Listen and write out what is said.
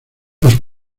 los